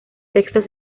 textos